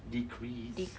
decrease